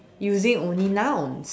using only nouns